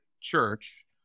Church